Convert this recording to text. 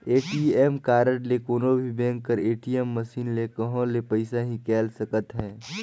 ATM card ले कोनो भी बेंक कर ए.टी.एम मसीन में कहों ले पइसा हिंकाएल सकत अहे